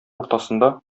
уртасында